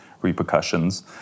repercussions